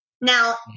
Now